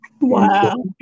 Wow